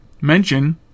mention